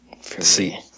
See